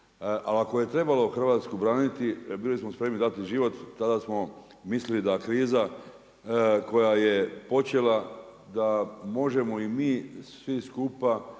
ako je trebalo Hrvatsku braniti, bili smo spremni dati život, tada smo mislili da kriza koja je počela da možemo i mi svi skupa,